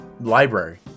library